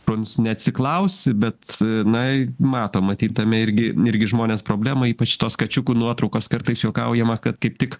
šuns neatsiklausi bet na mato matyt tame irgi irgi žmonės problemą ypač tos kačiukų nuotraukos kartais juokaujama kad kaip tik